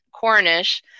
Cornish